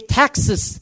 taxes